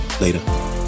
Later